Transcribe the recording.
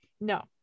no